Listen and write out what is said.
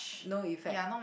no effect